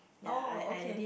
oh okay